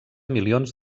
milions